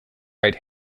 right